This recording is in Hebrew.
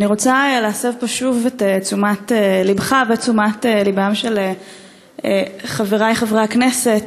אני רוצה להסב פה שוב את תשומת לבך ואת תשומת לבם של חברי חברי הכנסת